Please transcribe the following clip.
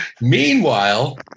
Meanwhile